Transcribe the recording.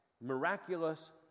miraculous